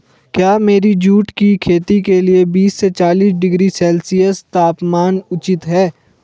क्या मेरी जूट की खेती के लिए बीस से चालीस डिग्री सेल्सियस तापमान उचित है?